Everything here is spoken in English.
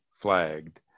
flagged